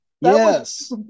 Yes